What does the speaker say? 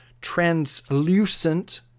translucent